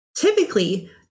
Typically